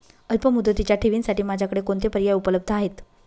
अल्पमुदतीच्या ठेवींसाठी माझ्याकडे कोणते पर्याय उपलब्ध आहेत?